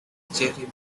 jeremiah